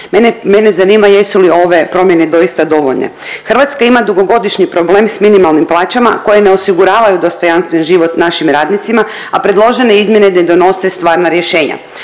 Mene zanima jesu li ove promjene doista dovoljne? Hrvatska ima dugogodišnji problem s minimalnim plaćama koje ne osiguravaju dostojanstven život našim radnicima, a predložene izmjene ne donose stvarna rješenja.